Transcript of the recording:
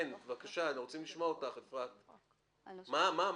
אני רוצה להתאים את הנוסח לגבי על מי חל צו הפסקה שיפוטי בדומה למנהלי,